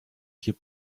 hier